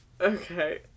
okay